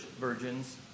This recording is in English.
virgins